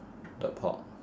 the pork